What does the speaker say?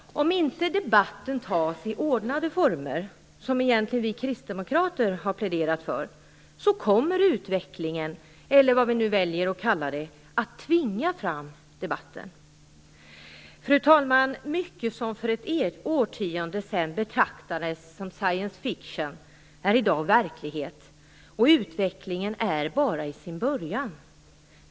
Om inte debatten förs i ordnade former, som vi kristdemokrater har pläderat för, kommer utvecklingen - eller vad vi nu väljer att kalla den - att tvinga fram debatten. Fru talman! Mycket som för ett årtionde sedan betraktades som science fiction är i dag verklighet, och utvecklingen är bara i sin början.